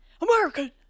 American